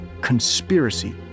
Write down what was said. conspiracy